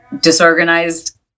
disorganized